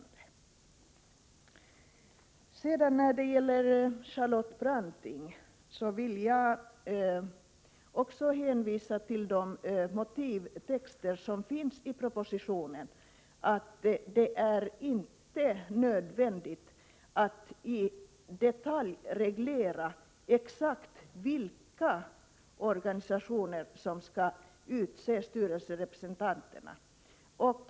Jag vill också när det gäller Charlotte Brantings frågor hänvisa till motivtexterna i propositionen. Det är inte nödvändigt att i detalj reglera vilka organisationer som skall utse styrelserepresentanterna.